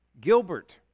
Gilbert